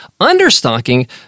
Understocking